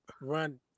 run